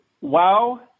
wow